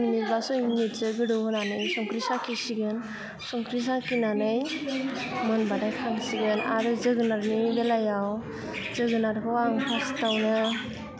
फास मिनिट बा सय मिनिटसो गोदौहोनानै संख्रि साखिसिगोन संख्रि साखिनानै मोनबाथाय खांसिगोन आरो जोगोनारनि बेलायाव जोगोनारखौ आं फास्टआवनो